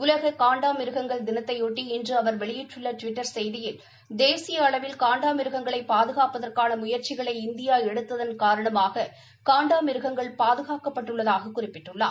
உலக காண்டா மிருக தினத்தையொட்டி இன்று அவர் வெளியிட்டுள்ள டுவிட்டர் செய்தியில் தேசிய அளவில் காண்டாமிருகங்களை பாதுகாப்பதற்கான முயற்சிகளை இந்தியா எடுத்ததன் காரணமாக காண்டா மிருகங்கள் பாதுகாக்கப்பட்டுள்ளதாகக் குறிப்பிட்டுள்ளார்